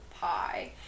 pie